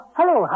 Hello